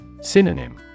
Synonym